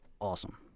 awesome